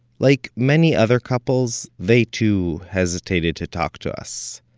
like many other couples, they too, hesitated to talk to us.